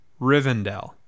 Rivendell